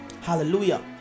hallelujah